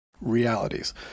Realities